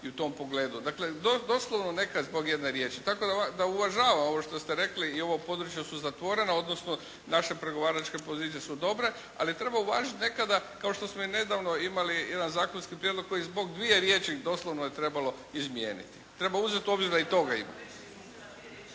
i u tom pogledu. Dakle doslovno nekad zbog jedne riječi. Tako da uvažavam ovo što ste rekli i ova područja su zatvorena odnosno naše pregovaračke pozicije su dobre, ali treba uvažiti nekada kao što smo i nedavno imali jedan zakonski prijedlog koji zbog dvije riječi doslovno je trebalo izmijeniti. Treba uzeti u obzir da i toga ima.